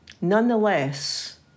nonetheless